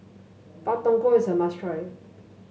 Pak Thong Ko is a must try